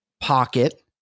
pocket